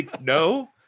no